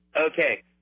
Okay